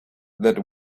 that